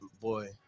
boy